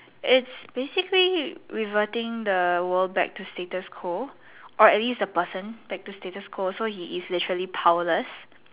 it's basically reverting the world back to status quo or at least a person back to status quo so he's basically powerless